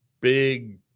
big